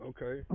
Okay